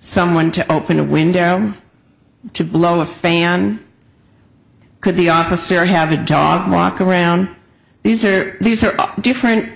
someone to open a window to blow a fan could the officer have a dog walk around these are these are different